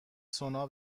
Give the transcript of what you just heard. سونا